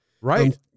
Right